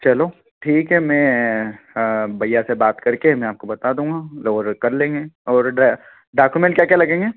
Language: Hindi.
चलो ठीक है मैं भैया से बात कर के मैं आपको बता दूँगा और कर लेंगे और डा डाक्यूमेंट क्या क्या लगेंगे